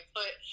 put